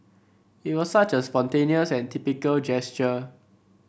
it was such a spontaneous and typical gesture